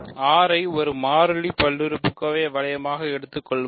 R ஐ ஒரு மாறியில் பல்லுறுப்புக்கோவை வளையமாக எடுத்துக்கொள்வோம்